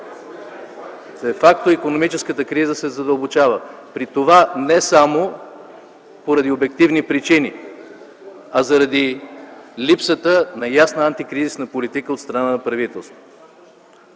от ГЕРБ.) Икономическата криза се задълбочава при това не само поради обективни причини, а заради липсата на ясна антикризисна политика от страна на правителството.